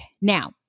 Now